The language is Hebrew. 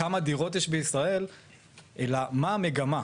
כמה דירות יש בישראל אלא מה המגמה.